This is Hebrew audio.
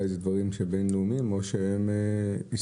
אולי זה דברים בין-לאומיים או שהם הסכימו.